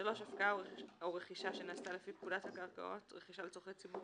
(3)הפקעה או רכישה שנעשתה לפי פקודת הקרקעות (רכישה לצורכי ציבור),